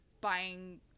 buying